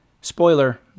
Spoiler